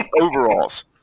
overalls